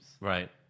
Right